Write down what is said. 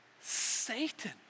Satan